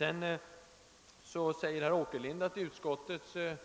Herr Åkerlind sade vidare att utskottets skrivning